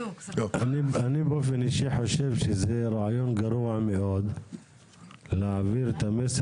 הזה והשיקולים האלה מופיעים בתקן המעודכן לעתים זו הערה,